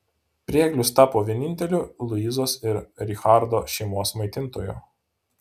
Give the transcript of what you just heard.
prieglius tapo vieninteliu luizos ir richardo šeimos maitintoju